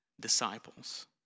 disciples